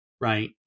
Right